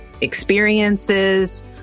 experiences